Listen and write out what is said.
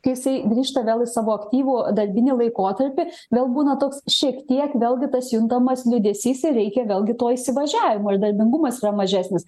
kai jisai grįžta vėl į savo aktyvų darbinį laikotarpį vėl būna toks šiek tiek vėlgi tas juntamas liūdesys ir reikia vėlgi to įsivažiavimo darbingumas yra mažesnis